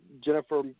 Jennifer